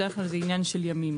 בדרך כלל זה עניין של ימים.